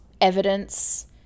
evidence